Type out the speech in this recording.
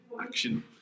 action